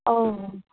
औ